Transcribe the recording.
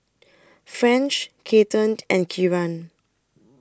French Cathern and Kieran